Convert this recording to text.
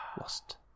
Lost